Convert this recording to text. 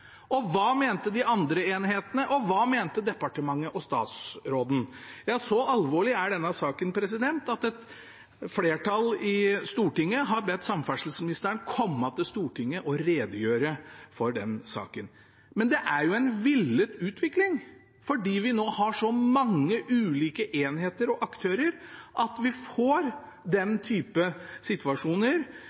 Og hva mente de andre enhetene? Hva mente departementet og statsråden? Ja, så alvorlig er denne saken at et flertall i Stortinget har bedt samferdselsministeren komme til Stortinget og redegjøre for saken. Men det er jo en villet utvikling, fordi vi har nå så mange ulike enheter og aktører at vi får den type situasjoner